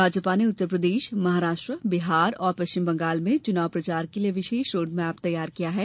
भाजपा ने उत्तरप्रदेश महाराष्ट्र बिहार और पश्चिम बंगाल में चुनाव प्रचार के लिए विशेष रोडमैप तैयार किया है